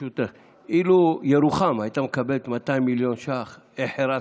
אילו ירוחם הייתה מקבלת 200 מיליון ש"ח, החרשתי.